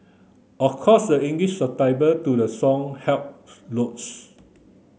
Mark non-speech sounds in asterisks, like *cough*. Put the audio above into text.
of course the English *unintelligible* to the song helped loads